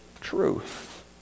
truth